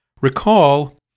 Recall